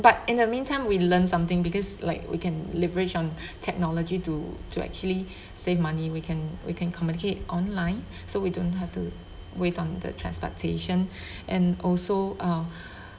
but in the meantime we learn something because like we can leverage on technology to to actually save money we can we can communicate online so we don't have to waste on the transportation and also uh